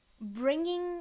bringing